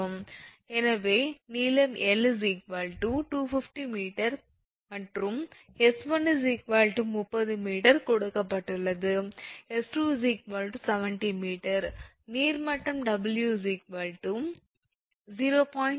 எனவே நீளம் L 250 𝑚 மற்றும் 𝑠1 30 𝑚 கொடுக்கப்பட்டுள்ளது 𝑠2 70 𝑚 நீர்மட்டம் 𝑊 0